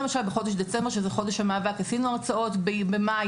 למשל: עשינו הרצאות בחודש דצמבר,